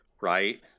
Right